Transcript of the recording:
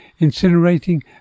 incinerating